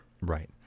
Right